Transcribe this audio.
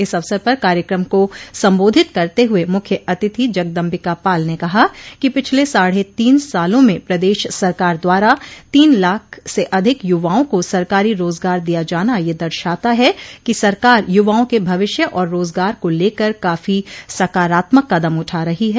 इस अवसर पर कार्यक्रम को संबोधित करते हुए मुख्य अतिथि जगदम्बिका पाल ने कहा कि पिछले साढ़े तीन सालों में प्रदेश सरकार द्वारा तीन लाख से अधिक यूवाओं को सरकारी रोजगार दिया जाना यह दर्शाता है कि सरकार यूवाओं के भविष्य और रोजगार का लेकर काफी सकारात्मक कदम उठा रही हैं